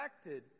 affected